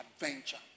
adventure